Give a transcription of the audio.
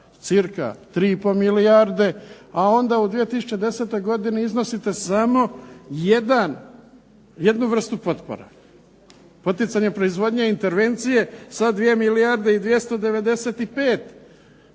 cca 3,5 milijarde, a onda u 2010. godini iznosite samo jednu vrstu potpora. Poticanje proizvodnje i intervencije sa 2 milijarde i 295 milijuna